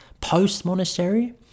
Post-monastery